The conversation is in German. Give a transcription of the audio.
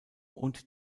und